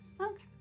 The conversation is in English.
Okay